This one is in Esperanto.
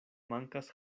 mankas